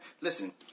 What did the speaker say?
Listen